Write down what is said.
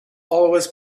always